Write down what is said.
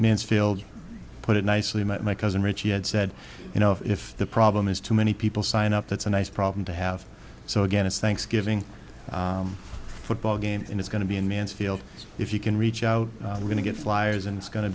mansfield put it nicely my cousin richie had said you know if the problem is too many people sign up that's a nice problem to have so again it's thanksgiving football game and it's going to be in mansfield if you can reach out to get flyers and it's go